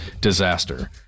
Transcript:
disaster